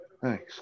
Thanks